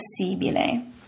possibile